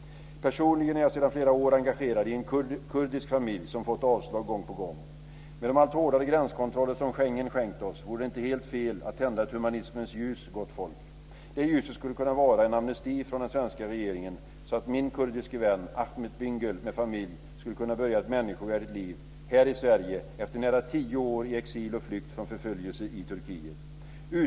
Personligen är jag sedan flera år engagerad i en kurdisk familj som har fått avslag gång på gång. Med de allt hårdare gränskontroller som Schengen har skänkt oss vore det inte helt fel att tända ett humanismens ljus, gott folk. Det ljuset skulle kunna vara en amnesti från den svenska regeringen, så att min kurdiske vän Ahmet Bingöl med familj skulle kunna börja ett människovärdigt liv här i Sverige efter nära tio år i exil och flykt från förföljelse i Turkiet.